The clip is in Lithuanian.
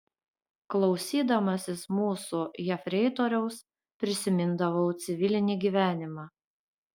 klausydamasis mūsų jefreitoriaus prisimindavau civilinį gyvenimą